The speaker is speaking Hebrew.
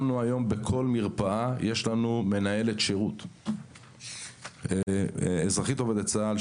בכל מרפאה שמנו היום מנהלת שירות שהיא אזרחית עובדת צה"ל,